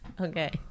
Okay